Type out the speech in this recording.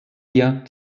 wir